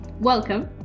welcome